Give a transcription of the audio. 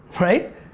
Right